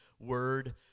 Word